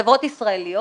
חברות ישראליות